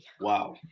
Wow